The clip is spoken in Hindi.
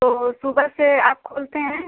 तो सुबह से आप खोलते हैं